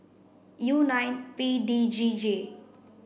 U nine P D G G